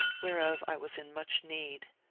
whereof i was in much need.